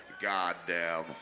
Goddamn